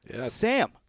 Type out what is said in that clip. Sam